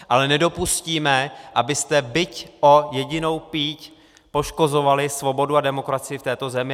Ale nedopustíme, abyste byť o jedinou píď poškozovali svobodu a demokracii v této zemi.